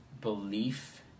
belief